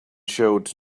showed